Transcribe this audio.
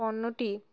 পণ্য টি